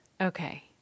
Okay